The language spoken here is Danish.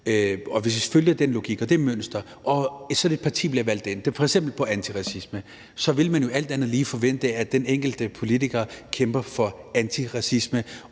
– hvis vi følger den logik og det mønster – og sådan et parti bliver valgt ind, f.eks. på antiracisme, så vil man jo alt andet lige forvente, at den enkelte politiker kæmper for antiracisme